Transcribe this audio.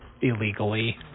illegally